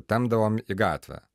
tempdavom į gatvę